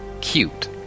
cute